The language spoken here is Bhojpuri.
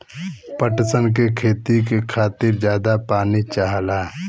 पटसन के खेती के खातिर जादा पानी चाहला